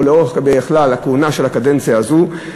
ובכלל לכל אורך הקדנציה הזאת,